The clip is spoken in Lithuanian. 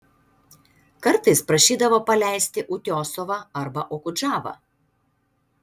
kartais prašydavo paleisti utiosovą arba okudžavą